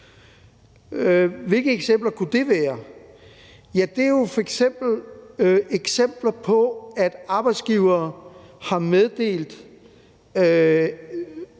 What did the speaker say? Hvilke eksempler kunne det være? Ja, det er eksempler på, at arbejdsgivere har meddelt